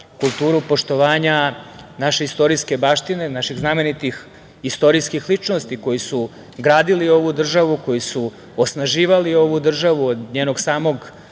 kulturu poštovanja naše istorijske baštine, naših znamenitih istorijskih ličnosti koji si gradili ovu državu, koji su osnaživali ovu državu od njenog samog